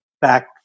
Back